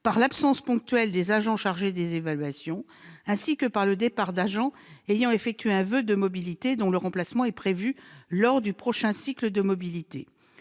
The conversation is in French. par l'absence ponctuelle d'agents chargés des évaluations, ainsi que par le départ d'agents ayant effectué un voeu de mobilité, et dont le remplacement est prévu lors du prochain cycle de mobilité.